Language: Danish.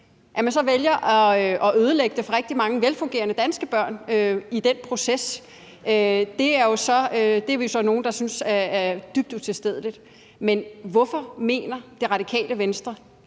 At man så vælger at ødelægge det for rigtig mange velfungerende danske børn i den proces, er vi jo så nogle der synes er dybt utilstedeligt. Men hvorfor mener Radikale Venstre